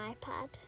ipad